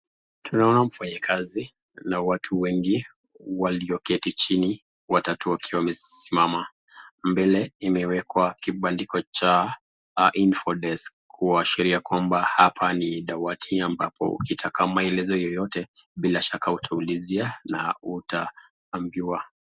Tunaona mfanyikazi na watu wengi walioketi chini watatu wakiwa wamesimama. Mbele imewekwa kibandiko cha info desk kuashiria kwamba hapa ni dawati ambapo ukitaka maelezo yoyote bila shaka utaulizia na utaabiwa.